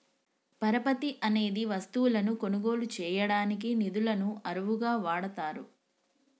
పరపతి అనేది వస్తువులను కొనుగోలు చేయడానికి నిధులను అరువుగా వాడతారు